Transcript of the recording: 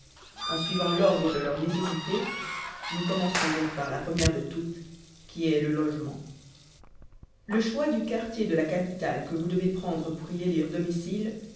en suivant l'ordre de leur nécessité nous commencerons donc par la première de toutes qui est le logement le choix du quartier de la capitale que vous devez prendre pour y élire domicile